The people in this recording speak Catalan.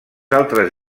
altres